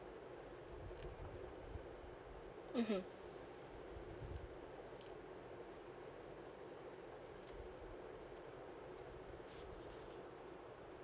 mmhmm